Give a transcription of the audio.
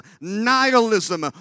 nihilism